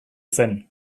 zen